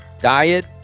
Diet